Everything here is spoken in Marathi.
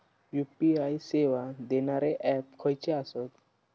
यू.पी.आय सेवा देणारे ऍप खयचे आसत?